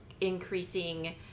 increasing